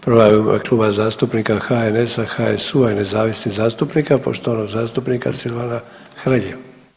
Prva je u ime Kluba zastupnika HNS-a, HSU-a i nezavisnih zastupnika poštovanog zastupnika Silvana Hrelje.